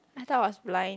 I thought I was blind